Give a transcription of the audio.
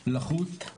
לחות,